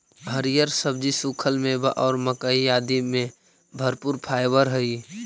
हरिअर सब्जि, सूखल मेवा और मक्कइ आदि में भरपूर फाइवर हई